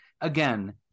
again